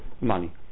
money